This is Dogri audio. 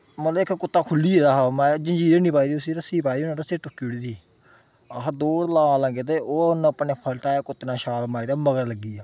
मतलब इक कुत्ता खुली गेदा हा ओह् मतलब जंजीर हैनी ही पाई दी उसी रस्सी पाई दी उन्नै रस्सी टुक्की ओड़ी दी अह् दौड़ लान लगे ते ओह् उन्नै अपनै कुत्ते नै छाल मारी ओड़ी मगर लगी गेआ